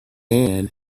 man